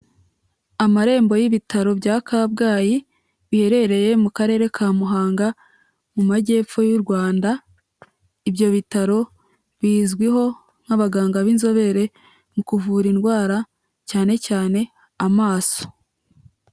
Amarembo y'ibitaro bya Kabgayi biherereye mu karere ka Muhanga mu majyepfo y'u Rwanda, ibyo bitaro bizwiho nk'abaganga b'inzobere mu kuvura indwara cyane cyane amaso.